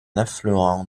affluent